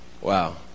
wow